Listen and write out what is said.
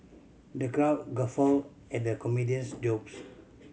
the crowd guffawed at the comedian's jokes